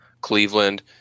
Cleveland